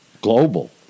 Global